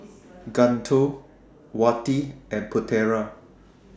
Guntur Wati and Putera